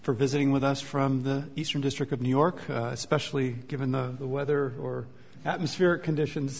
for visiting with us from the eastern district of new york especially given the the weather or atmospheric conditions